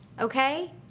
okay